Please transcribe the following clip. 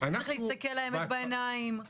צריך להסתכל לאמת בעיניים,